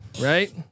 right